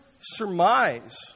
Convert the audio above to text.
surmise